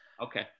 Okay